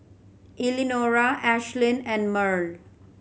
Elenora Ashlynn and Murl